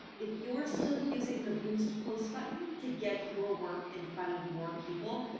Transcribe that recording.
if you're still using the boost post button to get your work in front of more people,